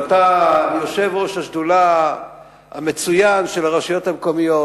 אבל אתה יושב-ראש השדולה המצוין של הרשויות המקומיות,